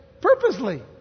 purposely